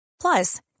Plus